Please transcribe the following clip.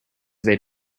they